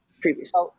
previously